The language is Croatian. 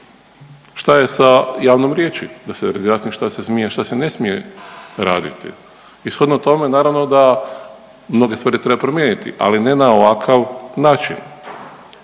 Šta je sa javnom riječi da se razjasni šta se smije šta se ne smije raditi. I shodno tome naravno da mnoge stvari treba promijeniti, ali ne na ovakav način.